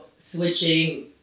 switching